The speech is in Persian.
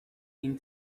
این